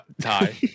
Tie